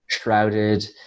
shrouded